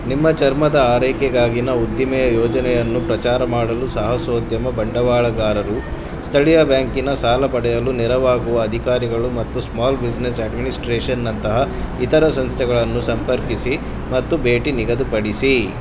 ನಿಮ್ಮ ಚರ್ಮದ ಆರೈಕೆಗಾಗಿನ ಉದ್ದಿಮೆಯ ಯೋಜನೆಯನ್ನು ಪ್ರಚಾರ ಮಾಡಲು ಸಾಹಸೋದ್ಯಮ ಬಂಡವಾಳಗಾರರು ಸ್ಥಳೀಯ ಬ್ಯಾಂಕಿನ ಸಾಲ ಪಡೆಯಲು ನೆರವಾಗುವ ಅಧಿಕಾರಿಗಳು ಮತ್ತು ಸ್ಮಾಲ್ ಬಿಸಿನೆಸ್ ಅಡ್ಮಿನಿಸ್ಟ್ರೇಷನ್ನಂತಹ ಇತರ ಸಂಸ್ಥೆಗಳನ್ನು ಸಂಪರ್ಕಿಸಿ ಮತ್ತು ಭೇಟಿ ನಿಗದಿಪಡಿಸಿ